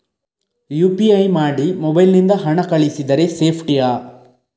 UPI ಮಾಡಿ mobile ನಿಂದ ಹಣ ಕಳಿಸಿದರೆ ಸೇಪ್ಟಿಯಾ?